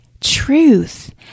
truth